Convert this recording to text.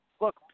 Look